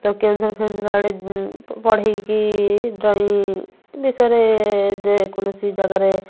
ତ କେଉଁଝର ଫେଉଁଝର ଆଡ଼େ ପଢ଼ାଇକି ଡ୍ରଇଂ ବିଷୟରେ ଯେ କୌଣସି ଜାଗାରେ